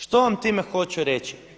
Što vam time hoću reći?